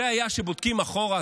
כשבודקים אחורה,